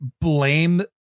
blame